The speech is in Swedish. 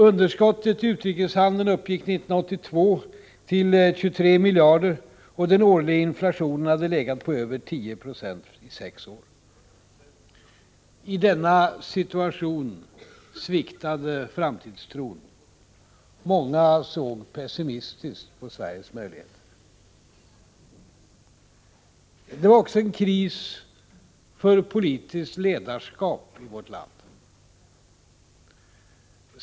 Underskottet i utrikeshandeln uppgick 1982 till 23 miljarder och den årliga inflationen hade legat på över 10 96 i sex år. I denna situation sviktade framtidstron. Många såg pessimistiskt på Sveriges möjligheter. Det var också en kris för politiskt ledarskap i vårt land.